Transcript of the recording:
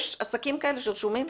יש עסקים כאלה שרשומים?